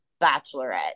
bachelorette